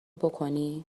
بکنی